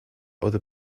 other